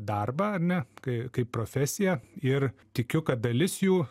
darbą ar ne kai kaip profesiją ir tikiu kad dalis jų